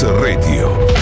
radio